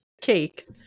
cake